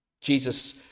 Jesus